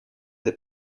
that